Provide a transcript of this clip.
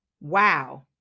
Wow